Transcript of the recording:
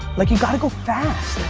like, you gotta go fast,